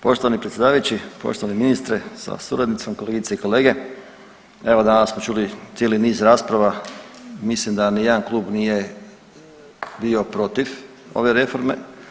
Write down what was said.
Poštovani predsjedavajući, poštovani ministre sa suradnicom, kolegice i kolege, evo danas smo čuli cijeli niz rasprava, mislim da ni jedan klub nije bio protiv ove reforme.